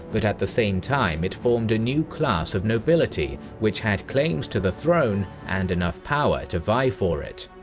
but at the same time it formed a new class of nobility, which had claims to the throne and enough power to vie for it.